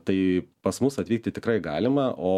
tai pas mus atvykti tikrai galima o